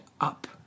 up